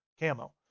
camo